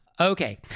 Okay